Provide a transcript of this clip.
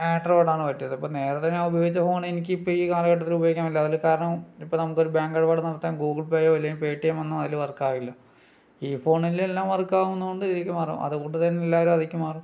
ആൻഡ്രോയിഡാണ് പറ്റിയത് അപ്പം നേരെ തന്നെ ഞാൻ ഉപയോഗിച്ച ഫോണ് എനിക്കിപ്പം ഈ കാലഘട്ടത്തില് ഉപയോഗിക്കാൻ പറ്റില്ല അതിൻ്റെ കാരണം ഇപ്പം നമുക്കൊരു ബാങ്കിടപാട് നടത്താൻ ഗൂഗിൾപേയോ ഇല്ലെങ്കിൽ പേടിഎമ്മോ ഒന്നും അതില് വർക്കാവില്ല ഈ ഫോണിലെല്ലാം വർക്കാവുന്നതു കൊണ്ട് അതിലേക്കു മാറും അതുകൊണ്ടു തന്നെ എല്ലാരും അതിലേക്കു മാറും